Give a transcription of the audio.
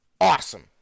awesome